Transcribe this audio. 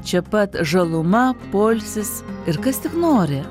čia pat žaluma poilsis ir kas tik nori